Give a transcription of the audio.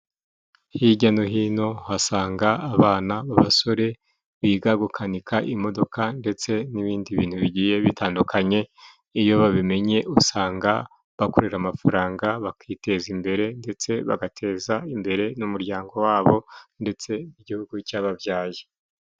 Hijya no hino uhasanga abana, abasore biga gukanika imodoka ndetse n'ibindi bintu bigiye bitandukanye, iyo babimenye usanga bakorera amafaranga, bakiteza imbere ndetse bagateza imbere n'umuryango wabo, ndetse n'igihugu cyababyaye,